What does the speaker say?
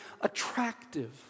attractive